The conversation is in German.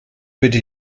bitte